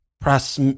press